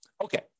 Okay